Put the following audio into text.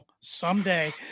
someday